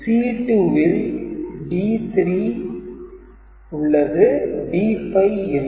C2 ல் D3 உள்ளது D5 இல்லை